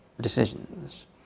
decisions